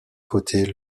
côtés